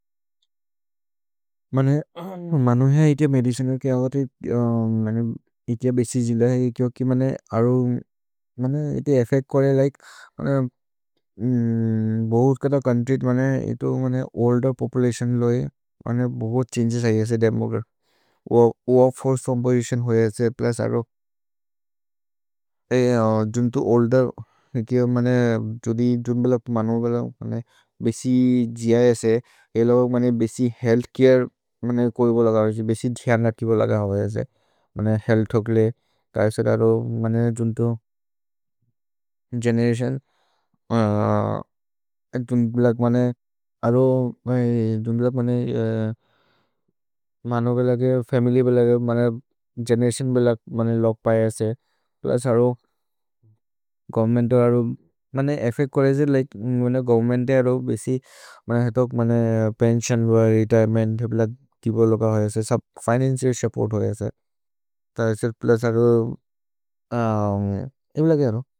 मने मनु है इति य मेदिचिनर् के अलति इति य बेसि जिल है, किओ कि मने अरु इति एफेक् कोरे लिके बहु कत चोउन्त्र्य् मने। इतो मने ओल्देर् पोपुलतिओन् लो हेइ, मने बहु छन्गेस् है ऐसे देमोगर्। वर् फोर्चे चोम्पोसितिओन् होइ ऐसे प्लुस् अरु जुन्तो ओल्देर् मनो क लगे फमिल्य् बेलगे गेनेरतिओन् बेलगे लोग् पये ऐसे प्लुस्। अरु गोवेर्न्मेन्तो अरो मने एफ्फेच्त् करजे लिके गोवेर्न्मेन्ते अरो बिसि पेन्सिओन् रेतिरेमेन्त् फिनन्चे सुप्पोर्त् हो ऐसे अरो।